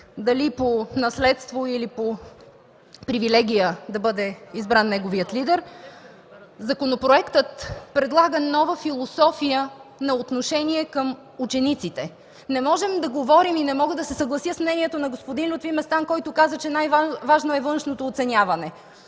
дали по наследство, или по привилегия, да бъде избран нейният лидер. Законопроектът предлага нова философия на отношение към учениците. Не можем да говорим и не мога да се съглася с мнението на господин Лютви Местан, който каза, че най-важно е външното оценяване.